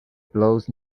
blows